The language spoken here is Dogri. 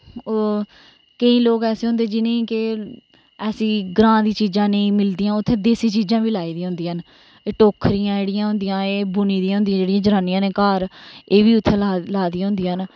ओह् केंई लोक ऐसे होंदे जिने के ऐसी ग्रांऽ दी चीजां नेईं मिलदियां उत्थै देस्सी चीजां बी लेआई दियां एह् टोकरियां जेह्ड़ियां होंदियां एह् बुनी दियां होंदियां जनानियां नै घर एह् बी उत्थें ला दियां होंदियां न